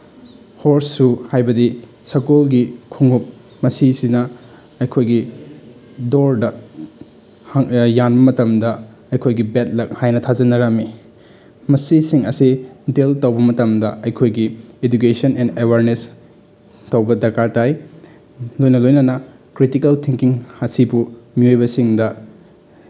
horse ꯁꯨ ꯍꯥꯏꯕꯗꯤ ꯁꯒꯣꯜꯒꯤ ꯈꯣꯡꯎꯞ ꯃꯁꯤꯁꯤꯅ ꯑꯩꯈꯣꯏꯒꯤ ꯗꯣꯔꯗ ꯌꯥꯟꯕ ꯃꯇꯝꯗ ꯑꯩꯈꯣꯏꯒꯤ ꯕꯦꯠ ꯂꯛ ꯍꯥꯏꯅ ꯊꯥꯖꯅꯔꯝꯃꯤ ꯃꯁꯤꯁꯤꯡ ꯑꯁꯤ ꯗꯦꯜ ꯇꯧꯕ ꯃꯇꯝꯗ ꯑꯩꯈꯣꯏꯒꯤ ꯏꯗꯨꯀꯦꯁꯟ ꯑꯦꯟ ꯑꯦꯋꯔꯅꯦꯁ ꯇꯧꯕ ꯗꯔꯀꯥꯔ ꯇꯥꯏ ꯂꯣꯏꯅ ꯂꯣꯏꯅꯅ ꯀ꯭ꯔꯤꯇꯤꯀꯦꯜ ꯊꯤꯡꯀꯤꯡ ꯑꯁꯤꯕꯨ ꯃꯤꯑꯣꯏꯕꯁꯤꯡꯗ